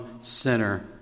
sinner